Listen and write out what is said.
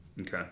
Okay